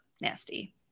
Nasty